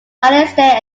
alistair